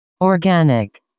organic